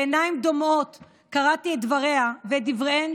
בעיניים דומעות קראתי את דבריה ואת דבריהן